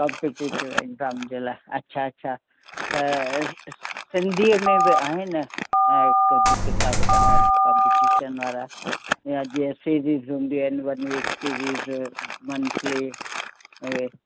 competitive exam जे लाइ अच्छा अच्छा त सिंधी में बि आहे न ऐं हिक जी किताब तव्हां वटि कॉम्पिटीशन वारा जीअं सिंधियुनि जी मंथली